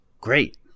Great